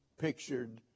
pictured